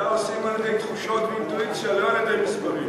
מדע עושים על-ידי תחושות ואינטואיציה ולא על-ידי מספרים.